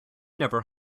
never